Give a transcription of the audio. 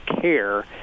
care